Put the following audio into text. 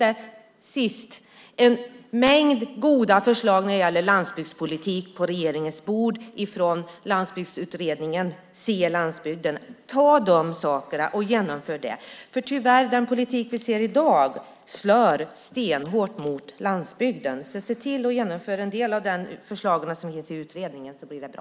Det finns en mängd goda förslag på regeringens bord när det gäller landsbygdspolitik ifrån Landsbygdsutredningen i Se landsbygden! Genomför de sakerna! Den politik vi ser i dag slår tyvärr stenhårt mot landsbygden. Se till att genomföra en del av förslagen som finns i utredningen, så blir det bra!